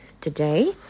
Today